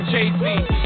Jay-Z